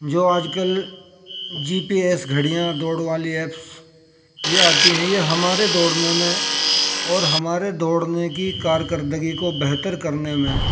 جو آج کل جی پی ایس گھڑیاں دوڑ والی ایپس یہ آتی ہیں یہ ہمارے دوڑنے میں اور ہمارے دوڑنے کی کارکردگی کو بہتر کرنے میں